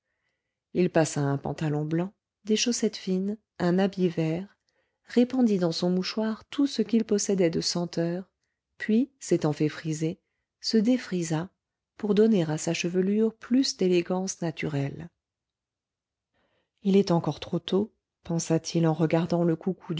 il passa un pantalon blanc des chaussettes fines un habit vert répandit dans son mouchoir tout ce qu'il possédait de senteurs puis s'étant fait friser se défrisa pour donner à sa chevelure plus d'élégance naturelle il est encore trop tôt pensa-t-il en regardant le coucou